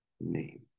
name